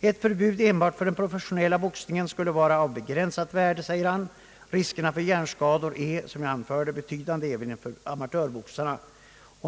Ett förbud enbart för den professionella boxningen skulle vara av begränsat värde, säger riksåklagaren vidare. Han fortsätter med att framhålla, att riskerna för hjärnskador är betydande även för amatörboxarna.